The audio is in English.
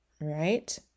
Right